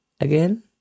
again